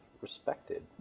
respected